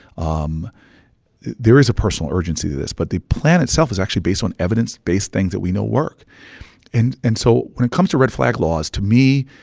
um there is a personal urgency to this, but the plan itself is actually based on evidence-based things that we know work and and so when it comes to red flag laws, to me,